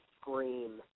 scream